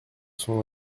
son